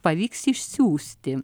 pavyks išsiųsti